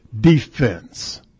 defense